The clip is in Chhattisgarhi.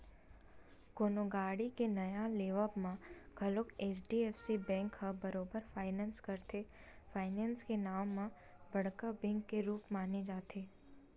कोनो गाड़ी के नवा लेवब म घलोक एच.डी.एफ.सी बेंक ह बरोबर फायनेंस करथे, फायनेंस के नांव म बड़का बेंक के रुप माने जाथे